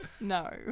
No